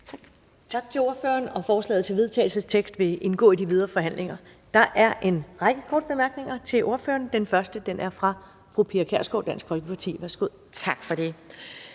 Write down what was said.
Tak til ordføreren. Og forslaget til vedtagelse vil indgå i de videre forhandlinger. Der er en række korte bemærkninger til ordføreren. Den første er fra fru Pia Kjærsgaard, Dansk Folkeparti. Værsgo. Kl.